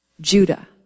Judah